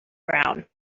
brown